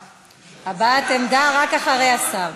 הבעת עמדה רק אחרי השר.